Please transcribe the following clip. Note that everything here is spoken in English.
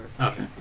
Okay